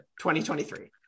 2023